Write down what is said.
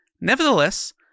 Nevertheless